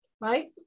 right